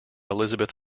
elizabeth